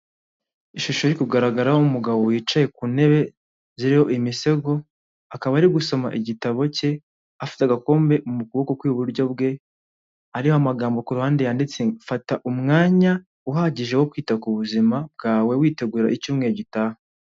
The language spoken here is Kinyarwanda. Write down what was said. Ishusho iri kugaragaraho umugabo wicaye ku ntebe ziriho imisego, akaba ari gusoma igitabo cye, afite agakombe mu kuboko kw'iburyo bwe, hariho amagambo ku ruhande yanditse "fata umwanya uhagije wo kwita ku buzima bwawe witegura icyumweru gitaha".